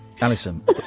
Alison